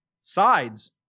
sides